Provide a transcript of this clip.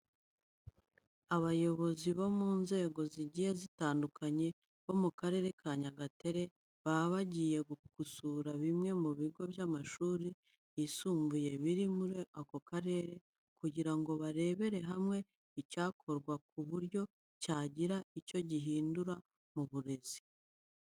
Abayobozi bo mu nzego zigiye zitandukanye bo mu Karere ka Nyagatare, baba bagiye gusura bimwe mu bigo by'amashuri yisumbuye biri muri aka karere kugira ngo barebere hamwe icyakorwa ku buryo cyagira icyo gihindura mu burezi.